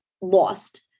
lost